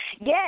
Yes